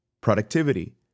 productivity